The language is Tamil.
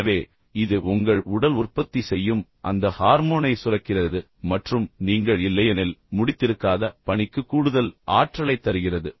எனவே இது உங்கள் உடல் உற்பத்தி செய்யும் அந்த ஹார்மோனை சுரக்கிறது மற்றும் நீங்கள் இல்லையெனில் முடித்திருக்காத பணிக்கு கூடுதல் ஆற்றலைத் தருகிறது